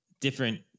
different